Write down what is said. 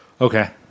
Okay